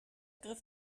griff